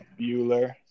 Bueller